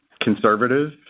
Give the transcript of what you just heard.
conservative